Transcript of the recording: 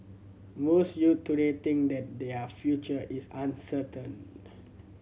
most youth today think that their future is uncertain